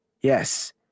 Yes